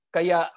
Kaya